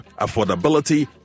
Affordability